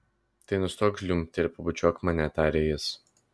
tai nustok žliumbti ir pabučiuok mane tarė jis